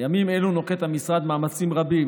בימים אלו נוקט המשרד מאמצים רבים